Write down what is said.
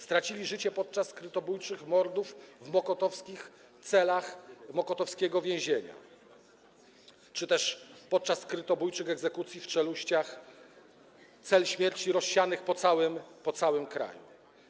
Stracili życie podczas skrytobójczych mordów w mokotowskich celach, w celach mokotowskiego więzienia czy też podczas skrytobójczych egzekucji w czeluściach cel śmierci rozsianych po całym kraju.